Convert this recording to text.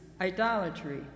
idolatry